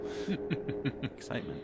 Excitement